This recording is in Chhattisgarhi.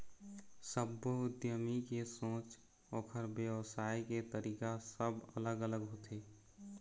सब्बो उद्यमी के सोच, ओखर बेवसाय के तरीका सब अलग अलग होथे